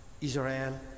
Israel